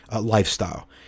lifestyle